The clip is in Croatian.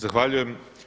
Zahvaljujem.